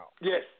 Yes